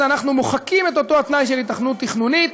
שאנחנו מוחקים את אותו התנאי של היתכנות תכנונית